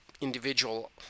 individual